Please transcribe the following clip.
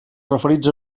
referits